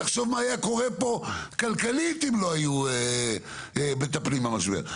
תחשוב מה היה קורה פה כלכלית אם לא היו מטפלים במשבר.